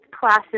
classes